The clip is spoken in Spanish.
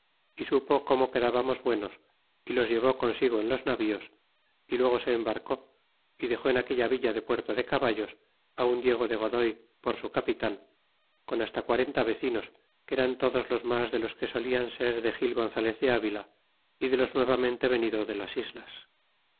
y supo como quedábamos buenos y los llevó consigo en los navíos y luego se embarcó y dexó en aquella villa de puerto de caballos á un diego de godoy por su capitan con hasta quarenta vecinos que eran todos los mas de los que solian ser de gil gonzalez de avila y de los nuevamente venidos de las islas